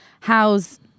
How's